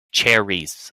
cherries